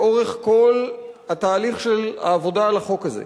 לאורך כל התהליך של העבודה על החוק הזה,